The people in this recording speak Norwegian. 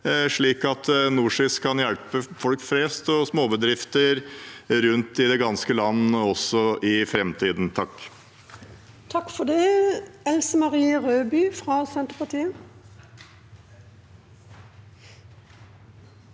slik at NorSIS kan hjelpe folk flest og småbedrifter rundt i det ganske land også i framtiden. Else